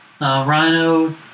Rhino